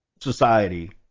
society